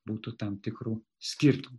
būtų tam tikrų skirtumų